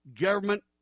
government